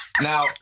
Now